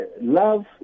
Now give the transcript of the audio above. Love